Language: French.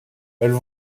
elles